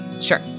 sure